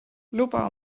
luba